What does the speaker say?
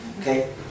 Okay